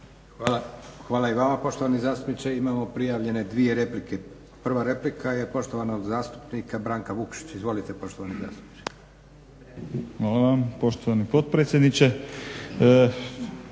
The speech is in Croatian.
Hvala i vama poštovani zastupniče. Imamo prijavljene dvije replike. Prva replika je poštovanog zastupnika Branka Vukšića. Izvolite poštovani zastupniče. **Vukšić, Branko (Hrvatski